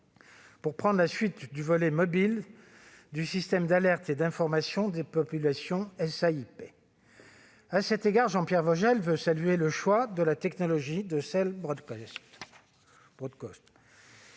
pour prendre la suite du volet mobile du système d'alerte et d'information des populations (SAIP). À cet égard, Jean-Pierre Vogel salue le choix de la technologie de. Il l'avait